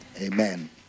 Amen